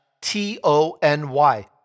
T-O-N-Y